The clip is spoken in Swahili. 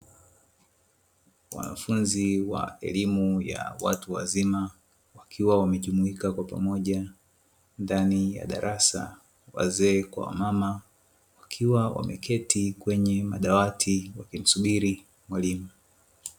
Wanafunzi wa elimu ya watu wazima, wakiwa wamejumuika kwa pamoja ndani ya darasa. Wazee kwa wamama wakiwa wameketi kwenye madawati wakimsubiri mwalimu.